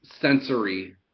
sensory